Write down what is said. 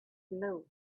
blue